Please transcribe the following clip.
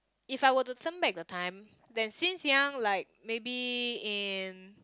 if I were to turn back the time then since young like maybe in